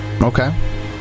Okay